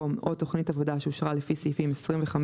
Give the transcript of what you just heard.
במקום "או תכנית עבודה שאושרה לפי סעיפים 25